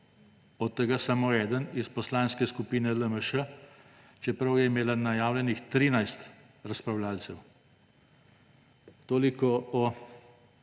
od tega samo eden iz Poslanske skupine LMŠ, čeprav je imela najavljenih 13 razpravljavcev. Toliko o